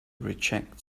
reject